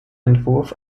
entwurf